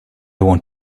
want